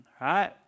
right